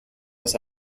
das